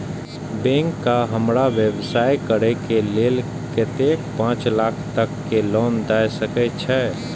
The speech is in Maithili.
बैंक का हमरा व्यवसाय करें के लेल कतेक पाँच लाख तक के लोन दाय सके छे?